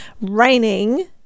raining